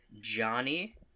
Johnny